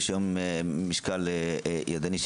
יש היום משקל ידני,